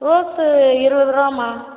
rose இருபது ரூபாம்மா